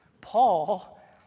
Paul